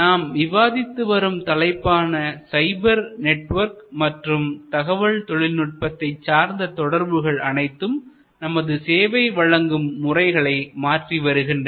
நாம் விவாதித்து வரும் தலைப்பான சைபர் நெட்வொர்க் மற்றும் தகவல் தொழில்நுட்பத்தை சார்ந்த தொடர்புகள் அனைத்தும் நமது சேவை வழங்கும் முறைகளை மாற்றி வருகின்றன